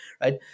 right